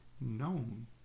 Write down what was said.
known